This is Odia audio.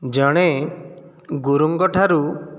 ଜଣେ ଗୁରୁଙ୍କ ଠାରୁ